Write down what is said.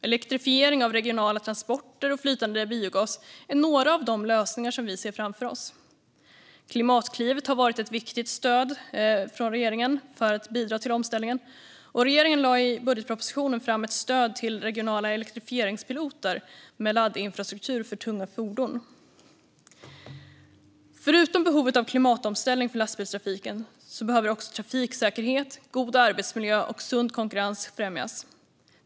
Elektrifiering av regionala transporter och flytande biogas är några av de lösningar vi ser framför oss. Klimatklivet har varit ett viktigt steg från regeringen för att bidra till omställningen, och regeringen lade i budgetpropositionen fram ett stöd till regionala elektrifieringspiloter med laddinfrastruktur för tunga fordon. Förutom behovet av en klimatomställning för lastbilstrafiken behöver också trafiksäkerhet, god arbetsmiljö och sund konkurrens främjas.